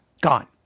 Gone